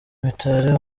mitali